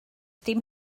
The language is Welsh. dim